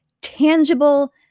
tangible